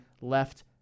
left